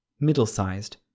middle-sized